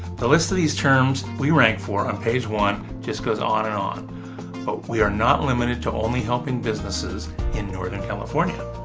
the list of these terms we rank for on page one just goes on and on. but we are not limited to only helping businesses in northern california.